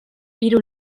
hiru